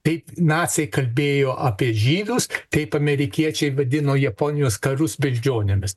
taip naciai kalbėjo apie žydus taip amerikiečiai vadino japonijos karus beždžionėmis